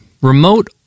remote